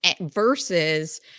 versus